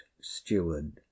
steward